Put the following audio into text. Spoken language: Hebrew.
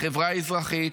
החברה האזרחית,